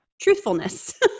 truthfulness